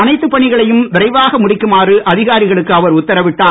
அனைத்துப் பணிகளையும் விரைவாக முடிக்குமாறு அதிகாரிகளுக்கு அவர் உத்தரவிட்டார்